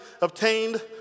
obtained